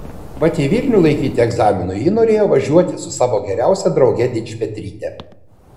mat į vilnių laikyti egzaminų ji norėjo važiuoti su savo geriausia drauge dičpetryte